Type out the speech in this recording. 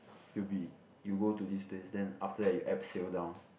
it would be you go to this place then after that you abseil down